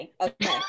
Okay